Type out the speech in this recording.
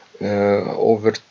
Over